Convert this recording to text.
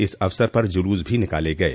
इस अवसर पर जुलुस भी निकाले गये